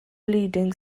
bleeding